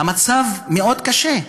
המצב מאוד קשה,